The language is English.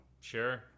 Sure